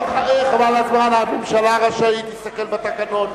חבל על הזמן, הממשלה רשאית להסתכל בתקנון.